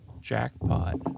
jackpot